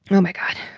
and oh my god.